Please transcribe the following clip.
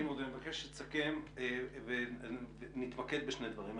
נמרוד, אני מבקש שתסכם ונתמקד בשני דברים.